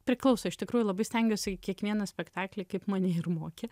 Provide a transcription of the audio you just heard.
priklauso iš tikrųjų labai stengiuosi į kiekvieną spektaklį kaip mane ir mokė